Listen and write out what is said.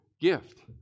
gift